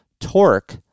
torque